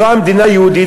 זו המדינה היהודית,